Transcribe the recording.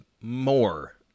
more